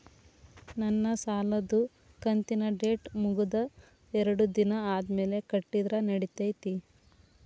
ನನ್ನ ಸಾಲದು ಕಂತಿನ ಡೇಟ್ ಮುಗಿದ ಎರಡು ದಿನ ಆದ್ಮೇಲೆ ಕಟ್ಟಿದರ ನಡಿತೈತಿ?